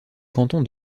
canton